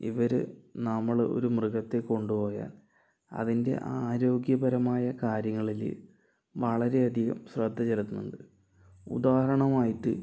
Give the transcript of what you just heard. ഇവർ നമ്മൾ ഒരു മൃഗത്തെ കൊണ്ടുപോയാൽ അതിൻ്റെ ആരോഗ്യപരമായ കാര്യങ്ങളിൽ വളരെയധികം ശ്രദ്ധ ചെലുത്തുന്നുണ്ട് ഉദാഹരണമായിട്ട്